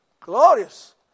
glorious